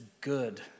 good